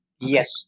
Yes